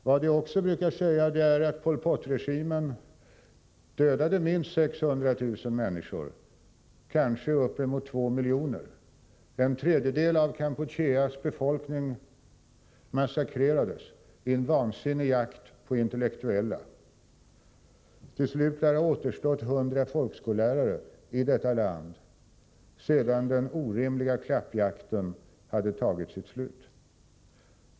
Vad vi också brukar säga är att Pol Pot-regimen dödade minst 600 000 människor, kanske upp emot två miljoner. En tredjedel av Kampucheas befolkning massakrerades vid en vansinnig jakt på intellektuella. Till slut lär det ha återstått 100 folkskollärare i detta land sedan denna orimliga klappjakt hade upphört.